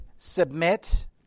submit